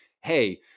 hey